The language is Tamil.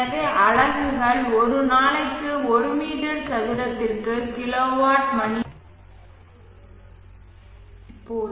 எனவே அலகுகள் ஒரு நாளைக்கு ஒரு மீட்டர் சதுரத்திற்கு கிலோவாட் மணி ஆகும்